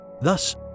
Thus